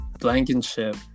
Blankenship